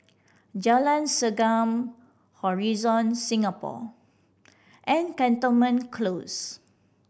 Jalan Segam Horizon Singapore and Cantonment Close